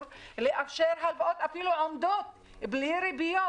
ולאפשר הלוואות אפילו עומדות בלי ריביות,